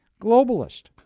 Globalist